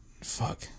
fuck